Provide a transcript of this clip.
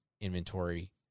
inventory